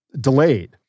delayed